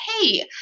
hey